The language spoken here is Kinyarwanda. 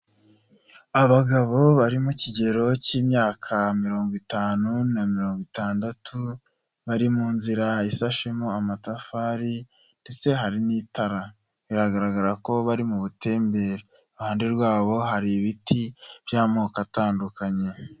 Abagabo bari mu kigero cy'imyaka mirongo itanu na mirongo itandatu, bari mu nzira isashemo amatafari ndetse hari n'itara, biragaragara ko bari mu butebembere, iruhande rwabo hari ibiti by'amoko atandukanye.